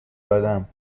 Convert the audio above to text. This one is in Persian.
دادم